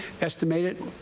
estimated